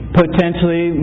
potentially